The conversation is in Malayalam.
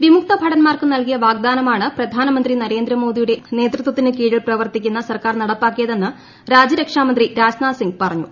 വിമുക്ത ഭടൻമാർക്ക് നൽകിയ വാഗ്ദാനമാണ് പ്രധാനമന്ത്രി നരേന്ദ്രമോദിയുടെ നേതൃത്വത്തിന് കീഴിൽ പ്രവർത്തിക്കുന്ന സർക്കാർ നടപ്പാക്കിയതെന്ന് രാജ്യരക്ഷാമന്ത്രി രാജ്നാഥ് സിംഗ് പറഞ്ഞു